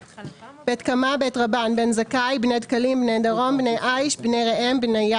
בית קמה בית רבן בן זכאי בני דקלים בני דרום בני עי"ש בני ראם בניה